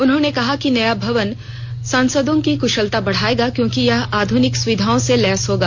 उन्होंने कहा कि नया भवन सांसदों की कृशलता बढ़ाएगा क्योंकि यह आधुनिक सुविधाओं से लैस होगा